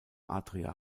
adria